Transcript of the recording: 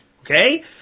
okay